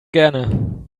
gerne